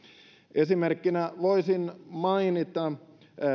esimerkkinä voisin mainita